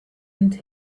into